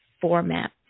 format